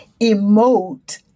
emote